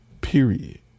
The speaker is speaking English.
Period